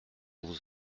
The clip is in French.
vous